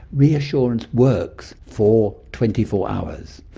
reassurance works for twenty four hours,